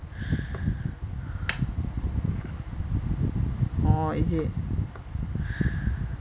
orh is it